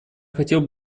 хотел